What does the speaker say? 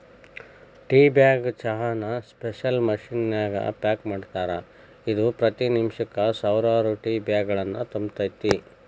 tea bag ಚಹಾನ special machine ನ್ಯಾಗ pack ಮಾಡ್ತಾರ, ಇದು ಪ್ರತಿ ನಿಮಿಷಕ್ಕ ಸಾವಿರಾರು ಟೇಬ್ಯಾಗ್ಗಳನ್ನು ತುಂಬತೇತಿ